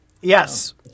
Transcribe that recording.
Yes